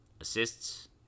assists